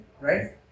right